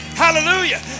Hallelujah